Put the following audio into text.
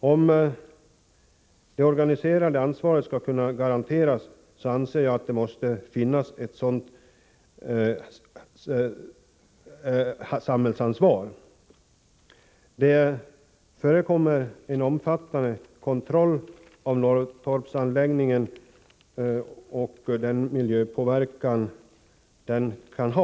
Om det organiserade ansvaret skall kunna garanteras måste det finnas ett samhällsansvar. Det förekommer en omfattande kontroll av Norrtorpsanläggningen och den miljöpåverkan som den kan ha.